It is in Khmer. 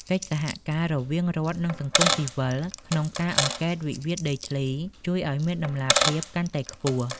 កិច្ចសហការរវាងរដ្ឋ និងសង្គមស៊ីវិលក្នុងការអង្កេតវិវាទដីធ្លី ជួយឱ្យមានតម្លាភាពកាន់តែខ្ពស់។